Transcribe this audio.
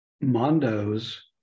mondo's